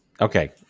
Okay